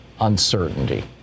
uncertainty